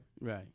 Right